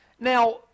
Now